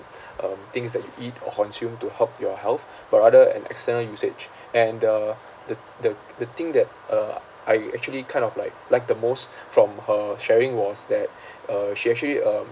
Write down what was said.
um things that you eat or consume to help your health but rather an external usage and the the the the thing that uh I actually kind of like like the most from her sharing was that uh she actually um